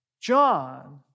John